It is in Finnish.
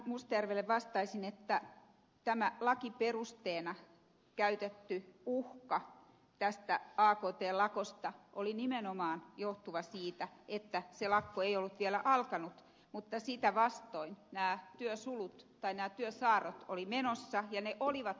mustajärvelle vastaisin että tämä lakiperusteena käytetty uhka aktn lakosta oli nimenomaan johtuva siitä että se lakko ei ollut vielä alkanut mutta sitä vastoin työsaarrot olivat menossa ja ne olivat laittomia